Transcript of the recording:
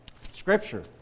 Scripture